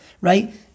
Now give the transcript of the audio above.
right